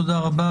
תודה רבה.